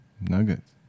Nuggets